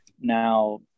Now